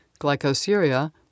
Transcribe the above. glycosuria